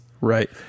Right